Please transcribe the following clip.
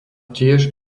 tiež